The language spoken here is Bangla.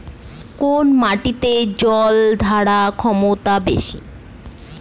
কোন মাটির জল ধারণ ক্ষমতা বেশি?